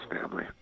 family